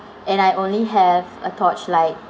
and I only have a torchlight